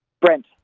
brent